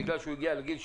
בגלל שהוא הגיע לגיל 65,